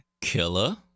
Killer